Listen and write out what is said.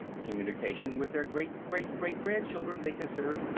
communication with their great-great-great-grandchildren, they considered,